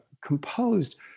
composed